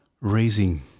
raising